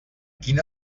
quina